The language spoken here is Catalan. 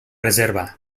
reserva